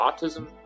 autism